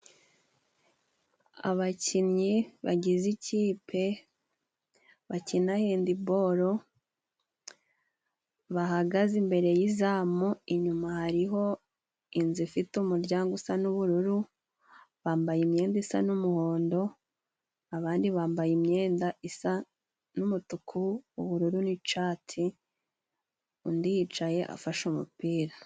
Abakinnyi bagize ikipe, bakina hendiboro bahagaze imbere yizamu inyuma hariho inzu, ifite umuryango usa n'ubururu bambaye imyenda isa n'umuhondo, abandi bambaye imyenda isa n'umutuku w'ubururu n'icyatsi, undi yicaye afashe umupira.